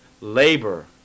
labor